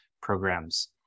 programs